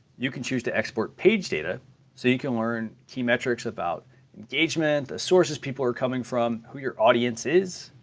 you can choose to export page data so you can learn key metrics about engagement, the sources people are coming from, who your audience is.